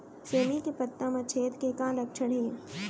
सेमी के पत्ता म छेद के का लक्षण हे?